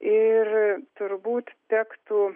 ir turbūt tektų